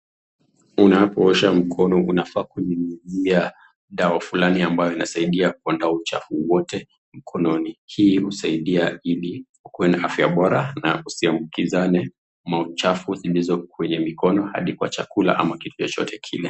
Unapoosha mkono unafaa kunyunyizia dawa fulani ambayo inasaidia kuondoa uchafu wote mkononi. Hii husaidia ili uwe na afya bora na usiambukizane uchafu ulizo kwenye mikono hadi kwa chakula ama kitu chochote kile.